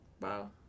Wow